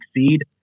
succeed